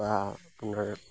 বা আপোনাৰ